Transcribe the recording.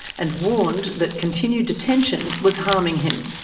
and warned that continued detention was harming him.